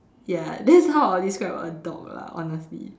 ya that's how I'll describe a dog lah honestly